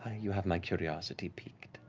you have my curiosity piqued.